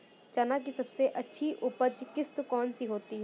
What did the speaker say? चना की सबसे अच्छी उपज किश्त कौन सी होती है?